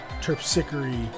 terpsichore